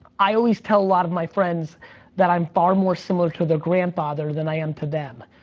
i always tell a lot of my friends that i'm far more similar to their grandfather than i am to them,